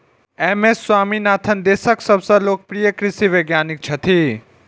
M S Swaminathan देशक सबसं लोकप्रिय कृषि वैज्ञानिक छथि